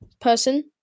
person